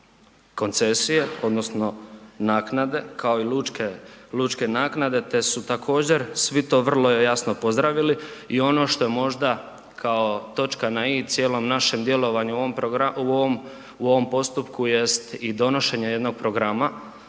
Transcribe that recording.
koncesije odnosno naknade kao i lučke naknade te su također svi to vrlo jasno pozdravili i ono što je možda kao točka na i cijelom našem djelovanju u ovom postupku jest donošenje jednog programa